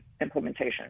implementation